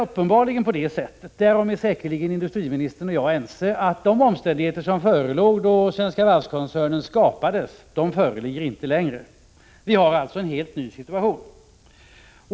Industriministern och jag är säkerligen ense om att de omständigheter som förelåg då Svenska Varv-koncernen skapades inte längre föreligger. Vi har en helt ny situation.